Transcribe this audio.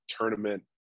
tournament